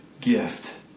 gift